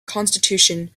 constitution